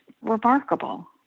remarkable